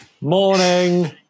Morning